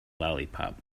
lollipop